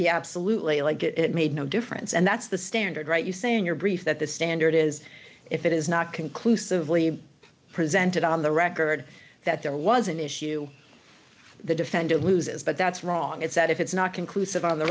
he absolutely like it it made no difference and that's the standard right you saying your brief that the standard is if it is not conclusively presented on the record that there was an issue the defendant loses but that's wrong it's that if it's not conclusive on the